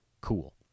cool